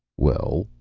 well,